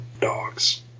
dogs